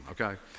okay